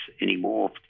anymore